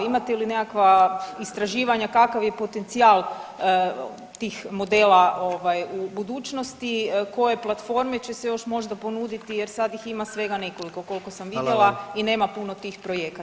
Imate li nekakva istraživanja kakav je potencijal tih modela u budućnosti, koje platforme će se još možda ponuditi jer sada ih ima svega nekoliko koliko sam vidjela i nema puno tih projekata?